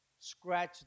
Scratch